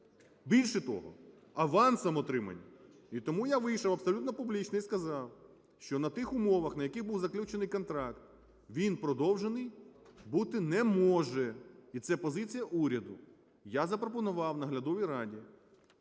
Більше того, авансом отримані. І тому я вийшов абсолютно публічно і сказав, що на тих умовах, на яких був заключений контракт, він продовжений бути не може. І це позиція уряду. Я запропонував наглядовій раді,